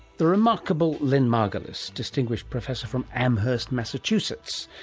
the remarkable lynn margulis, distinguished professor from amherst massachusetts.